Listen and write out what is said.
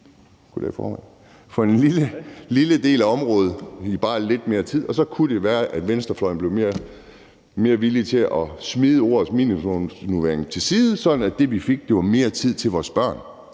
for en lille del af området i bare lidt mere tid, og så kunne det være, at venstrefløjen blev mere villige til at smide ordet minimumsnormeringer til side, sådan at det, vi fik, var mere tid til vores børn.